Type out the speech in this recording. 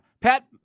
Pat